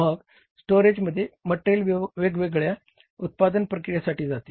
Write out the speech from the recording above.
मग स्टोरेजमधून मटेरियल वेगवेगळ्या उत्पादन प्रक्रियासाठी जाते